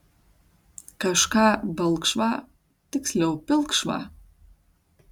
kažką balkšvą tiksliau pilkšvą